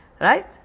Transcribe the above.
Right